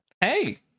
Hey